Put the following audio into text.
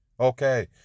Okay